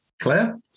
Claire